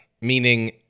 meaning